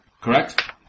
Correct